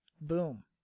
Boom